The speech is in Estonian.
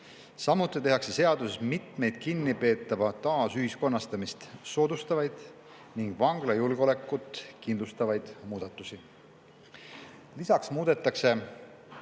Samuti tehakse seaduses mitmeid kinnipeetava taasühiskonnastamist soodustavaid ning vangla julgeolekut kindlustavaid muudatusi. Lisaks muudetakse